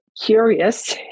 curious